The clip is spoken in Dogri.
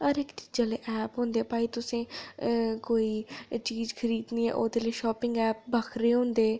हर इक च जेल्लै ऐप्प होंदे भाई तुसें अ कोई चीज खरीदनी ऐ ओह्दे लेई शापिंग ऐप्प बक्खरे होंदे